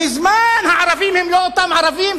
מזמן הערבים הם לא אותם ערבים,